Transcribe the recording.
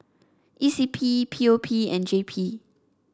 E C P P O P and J P